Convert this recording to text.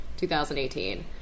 2018